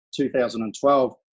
2012